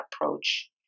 approach